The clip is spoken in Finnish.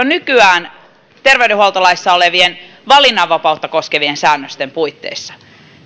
nykyään terveydenhuoltolaissa olevien valinnanvapautta koskevien säännösten puitteissa